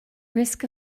risk